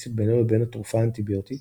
לאינטראקציות בינו לבין התרופה האנטיביוטית